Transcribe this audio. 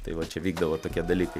tai va čia vykdavo tokie dalykai